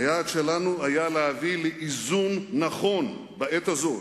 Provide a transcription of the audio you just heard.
היעד שלנו היה להביא לאיזון נכון, בעת הזאת,